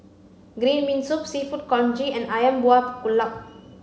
green bean soup seafood Congee and Ayam Buah Keluak